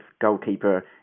goalkeeper